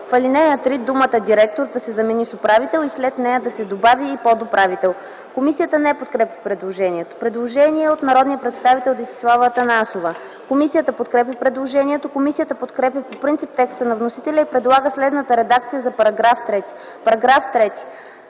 В ал. 3 думата „директор” да се замени с „управител” и след нея да се добави „и подуправител”. Комисията не подкрепя предложението. Предложение от народния представител Десислава Атанасова. Комисията подкрепя предложението. Комисията подкрепя по принцип текста на вносителя и предлага следната редакция за § 3: „§ 3.